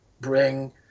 bring